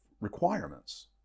requirements